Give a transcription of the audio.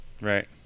Right